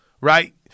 right